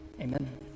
amen